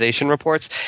reports